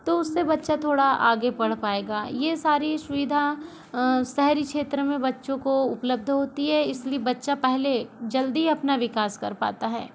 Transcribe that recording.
तो उस से बच्चा थोड़ा आगे पढ़ पाएगा ये सारी सुविधा शहरी क्षेत्र में बच्चों को उपलब्ध होती है इसलिए बच्चा पहले जल्दी अपना विकास कर पाता है